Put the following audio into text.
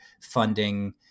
funding